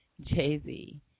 Jay-Z